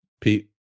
Pete